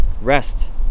rest